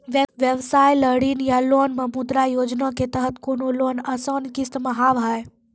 व्यवसाय ला ऋण या लोन मे मुद्रा योजना के तहत कोनो लोन आसान किस्त मे हाव हाय?